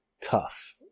tough